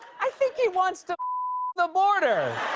i think he he wants to the border.